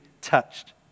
touched